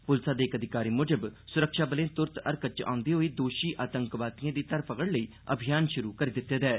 पुलसा दे इक अधिकारी मुजब सुरक्षाबलें तुरत हरकत च औंदे होई दोषी आतंकवादिए दी धर पकड़ लेई अभियान शुरु करी दित्ते दा ऐ